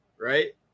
Right